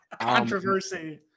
Controversy